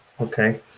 Okay